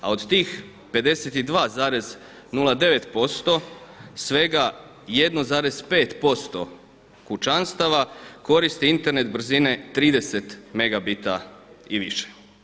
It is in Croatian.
A od tih 52,09% svega 1,5% kućanstava koristi Internet brzine 30 megabita i više.